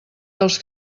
dels